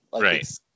Right